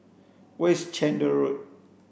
where is Chander Road